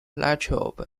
latrobe